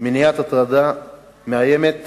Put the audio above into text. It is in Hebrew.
מניעת הטרדה מאיימת